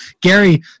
Gary